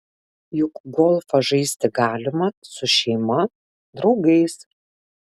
juk golfą žaisti galima su šeima draugais